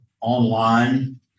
online